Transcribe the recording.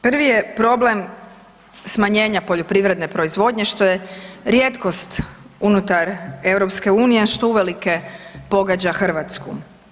Prvi je problem smanjenja poljoprivredne proizvodnje što je rijetkost unutar EU što uvelike pogađa Hrvatsku.